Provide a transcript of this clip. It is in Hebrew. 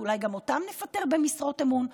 אולי גם אותם נפטר במשרות אמון?